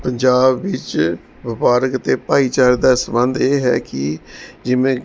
ਪੰਜਾਬ ਵਿੱਚ ਵਪਾਰਕ ਅਤੇ ਭਾਈਚਾਰੇ ਦਾ ਸੰਬੰਧ ਇਹ ਹੈ ਕਿ ਜਿਵੇਂ